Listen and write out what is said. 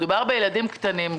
מדובר בילדים קטנים.